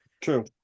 true